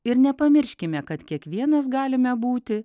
ir nepamirškime kad kiekvienas galime būti